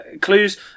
clues